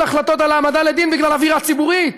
החלטות על העמדה לדין בגלל אווירה ציבורית,